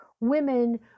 women